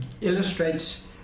illustrates